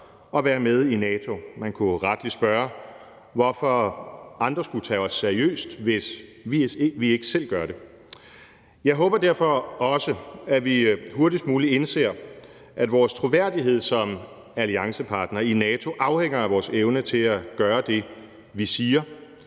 at være med i NATO. Man kunne jo rettelig spørge, hvorfor andre skulle tage os seriøst, hvis vi ikke selv gør det. Jeg håber derfor også, at vi hurtigst muligt indser, at vores troværdighed som alliancepartner i NATO afhænger af vores evne til at gøre det, vi siger,